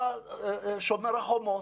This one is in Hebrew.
בא שומר החומות,